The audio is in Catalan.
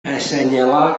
assenyalà